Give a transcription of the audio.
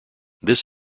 this